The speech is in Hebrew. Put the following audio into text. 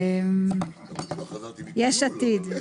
מי בעד, מי נגד?